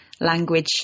language